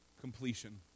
completion